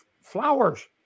flowers